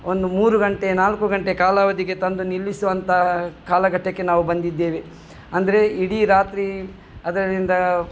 ಒಂದು ಮೂರು ಗಂಟೆ ನಾಲ್ಕು ಗಂಟೆ ಕಾಲಾವಧಿಗೆ ತಂದು ನಿಲ್ಲಿಸುವಂತಹ ಕಾಲಘಟ್ಟಕ್ಕೆ ನಾವು ಬಂದಿದ್ದೇವೆ ಅಂದರೆ ಇಡೀ ರಾತ್ರಿ ಅದರಿಂದ